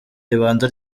ribanza